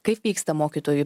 kaip vyksta mokytojų